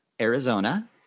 Arizona